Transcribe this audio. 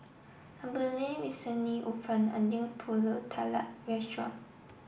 Abdiel recently opened a new Pulut Tatal Restaurant